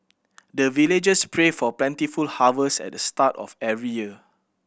the villagers pray for plentiful harvest at the start of every year